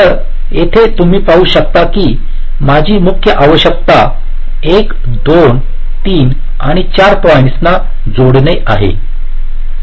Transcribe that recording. तर येथे तुम्ही पाहु शकता की माझी मुख्य आवश्यकता 1 2 3 आणि 4 पॉईंट्स ना जोडणे आहे